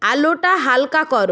আলোটা হালকা করো